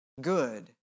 Good